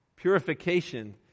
Purification